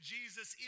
Jesus